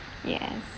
yes